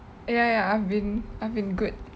ya ya I've been I've been good